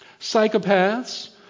Psychopaths